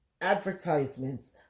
advertisements